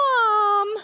Mom